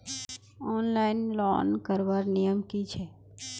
Online loan करवार नियम की छे?